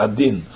Adin